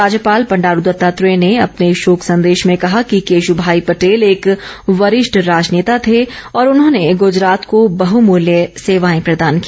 राज्यपाल बंडारू दतात्रेय ने अपने शोक संदेश में कहा कि केश्माई पटेल एक वरिष्ठ राजनेता थे और उन्होंने गुजरात को बहमूल्य सेवाए प्रदान की